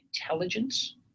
intelligence